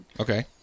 okay